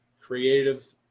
creative